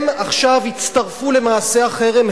הם עכשיו הצטרפו למעשי החרם,